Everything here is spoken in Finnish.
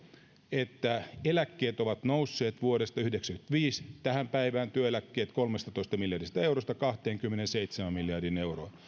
että työeläkkeet ovat nousseet vuodesta yhdeksänkymmentäviisi tähän päivään kolmestatoista miljardista eurosta kahteenkymmeneenseitsemään miljardiin euroon